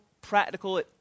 practical